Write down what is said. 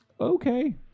Okay